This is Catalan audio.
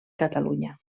catalunya